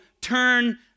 turn